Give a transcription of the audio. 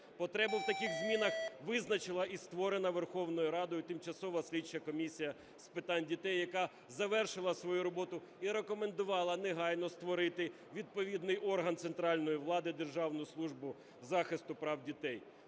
Потребу в таких змінах визначила і створена Верховною Радою Тимчасова слідча комісія з питань дітей, яка завершила свою роботу і рекомендувала негайно створити відповідний орган центральної влади – Державну службу захисту прав дітей.